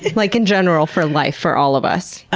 like in general, for life. for all of us.